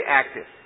active